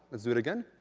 let's do it again.